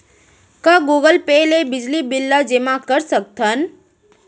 का Google Pay ले बिजली बिल ल जेमा कर सकथन?